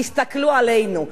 תסתכלו עלינו,